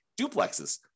duplexes